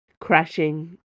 Crashing